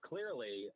Clearly